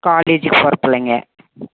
college போகிற பிள்ளைங்க